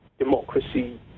Democracy